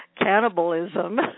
cannibalism